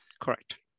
Correct